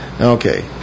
Okay